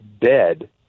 dead